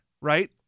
right